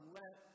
let